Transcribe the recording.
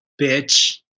Bitch